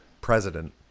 president